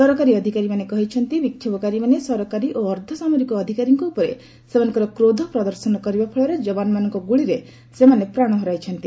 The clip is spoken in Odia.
ସରକାରୀ ଅଧିକାରୀମାନେ କହିଛନ୍ତି ବିକ୍ଷୋଭକାରୀମାନେ ସରକାରୀ ଓ ଅର୍ଦ୍ଧସାମରିକ ଅଧିକାରୀଙ୍କ ଉପରେ ସେମାନଙ୍କର କୋଧ ପ୍ରଦର୍ଶନ କରିବା ଫଳରେ ଯବାନମାନଙ୍କ ଗ୍ରଳିରେ ସେମାନେ ପ୍ରାଣ ହରାଇଛନ୍ତି